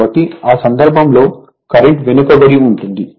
కాబట్టి ఆ సందర్భంలో కరెంట్ వెనుకబడి ఉంటుంది